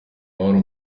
mahoro